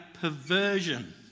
perversion